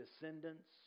descendants